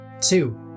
two